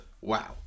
wow